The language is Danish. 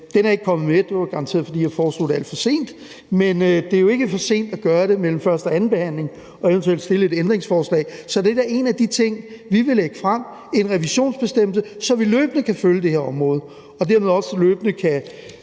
Den er ikke kommet med, og det er jo garanteret, fordi jeg foreslog det alt for sent, men det er jo ikke for sent at gøre det mellem første og anden behandling og eventuelt stille et ændringsforslag. Så det er da en af de ting, Enhedslisten vil lægge frem, en revisionsbestemmelse, så vi løbende kan følge det her område, og så vi dermed også løbende kan